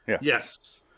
Yes